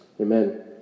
Amen